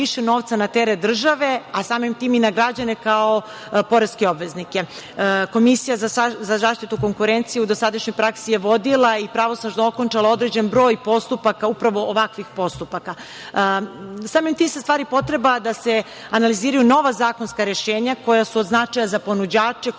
za zaštitu konkurencije u dosadašnjoj praksi je vodila i pravosnažno okončala određen broj postupaka, upravo ovakvih postupaka. Samim tim se stvara i potreba da se analiziraju nova zakonska rešenja koja su od značaja za ponuđače